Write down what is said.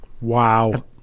Wow